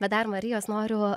bet dar marijos noriu